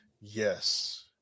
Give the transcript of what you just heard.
Yes